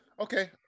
Okay